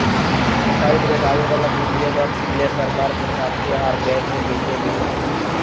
सरकारी बजट आवे वाला वित्तीय वर्ष ले सरकार के प्राप्ति आर व्यय के वित्तीय विवरण होबो हय